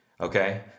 okay